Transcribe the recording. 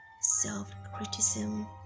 self-criticism